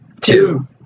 Two